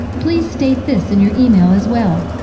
please state this in your email as well.